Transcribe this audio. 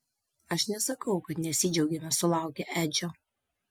aš nesakau kad nesidžiaugėme sulaukę edžio